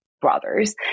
brothers